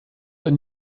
ein